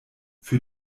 für